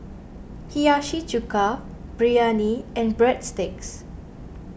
Hiyashi Chuka Biryani and Breadsticks